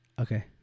Okay